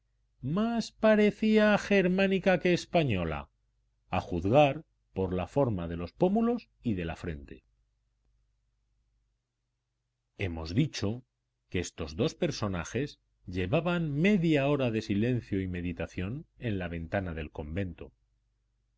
más parecía germánica que española a juzgar por la forma de los pómulos y de la frente hemos dicho que estos dos personajes llevaban media hora de silencio y meditación en la ventana del convento